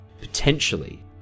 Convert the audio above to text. potentially